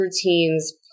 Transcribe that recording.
routines